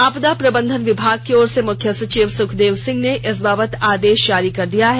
आपदा प्रबंधन विभाग की ओर से मुख्य सचिव सुखदेव सिंह ने इस बाबत् आदेश जारी कर दिया है